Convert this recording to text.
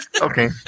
Okay